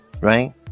right